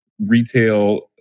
retail